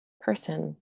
person